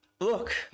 look